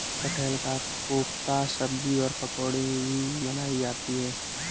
कटहल का कोफ्ता सब्जी और पकौड़ी भी बनाई जाती है